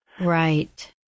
Right